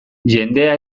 jendea